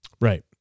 Right